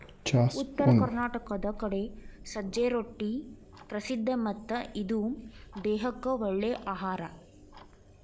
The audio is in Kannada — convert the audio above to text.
ಉತ್ತರ ಕರ್ನಾಟಕದ ಕಡೆ ಸಜ್ಜೆ ರೊಟ್ಟಿ ಪ್ರಸಿದ್ಧ ಮತ್ತ ಇದು ದೇಹಕ್ಕ ಒಳ್ಳೇ ಅಹಾರಾ